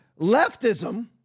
leftism